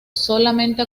solamente